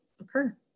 occur